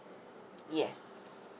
yes